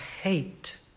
hate